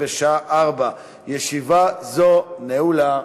בשעה 16:00. ישיבה זו נעולה.